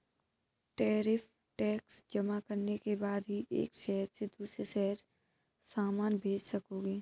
tariff tax जमा करने के बाद ही एक शहर से दूसरे शहर सामान भेज सकोगे